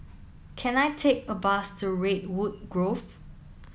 can I take a bus to Redwood Grove